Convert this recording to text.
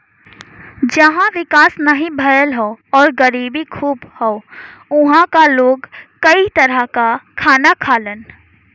जहां विकास नाहीं भयल हौ आउर गरीबी खूब हौ उहां क लोग इ तरह क खाना खालन